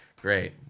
Great